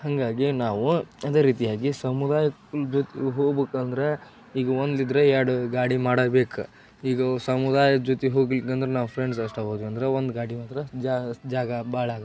ಹಾಗಾಗಿ ನಾವು ಅದೇ ರೀತಿಯಾಗಿ ಸಮುದಾಯದ ಜೊತೆ ಹೋಬೇಕಂದ್ರೆ ಈಗ ಒಂದಿದ್ದರೆ ಎರಡು ಗಾಡಿ ಮಾಡಬೇಕು ಈಗ ಸಮುದಾಯದ ಜೊತೆ ಹೋಗ್ಲಿಕ್ಕಂದ್ರೆ ನಾವು ಫ್ರೆಂಡ್ಸ್ ಅಷ್ಟೇ ಹೋದ್ವಂದ್ರೆ ಒಂದು ಗಾಡಿ ಹೋದರೆ ಜಾಗ ಜಾಗ ಬಹಳ ಆಗುತ್ತೆ